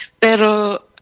Pero